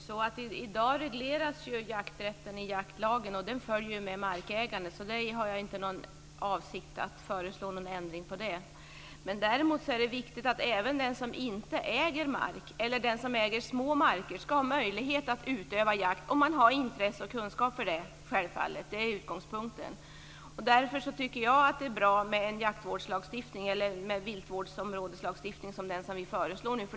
Herr talman! I dag regleras jakträtten i jaktlagen och den följer markägandet. Jag har inte för avsikt att föreslå någon ändring av det. Däremot är det viktigt att även den som inte äger mark eller den som äger små marker ska ha möjlighet att utöva jakt, om man har intresse och kunskap för det, självfallet. Det är utgångspunkten. Därför tycker jag att det är bra med en viltvårdsområdeslagstiftning, som vi föreslår nu.